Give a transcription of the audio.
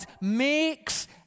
makes